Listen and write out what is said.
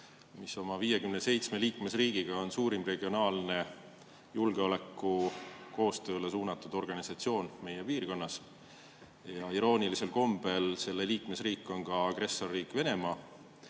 mis oma 57 liikmesriigiga on suurim regionaalne julgeolekukoostööle suunatud organisatsioon meie piirkonnas. Iroonilisel kombel on selle liikmesriik ka agressorriik Venemaa.